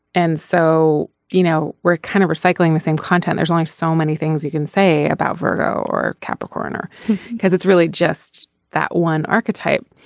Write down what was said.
and so you know we're kind of recycling the same content there's only like so many things you can say about virgo or capricorn or because it's really just that one archetype.